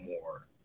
more